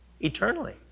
eternally